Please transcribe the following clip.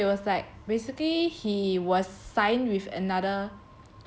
okay so it was like basically he was signed with another